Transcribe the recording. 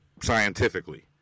scientifically